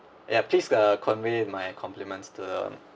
ya please uh convey my compliments to the um